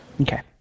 Okay